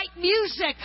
music